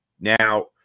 now